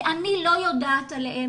ואני לא יודעת עליהן,